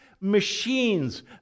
machines